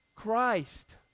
Christ